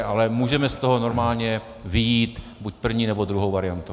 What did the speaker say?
Ale můžeme z toho normálně vyjít buď první, nebo druhou variantou.